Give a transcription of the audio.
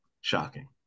Shocking